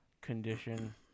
condition